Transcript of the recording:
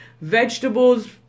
vegetables